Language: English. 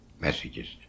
messages